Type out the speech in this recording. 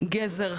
גזר,